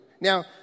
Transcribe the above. Now